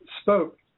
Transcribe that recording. spoke